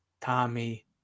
Tommy